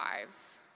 lives